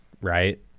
right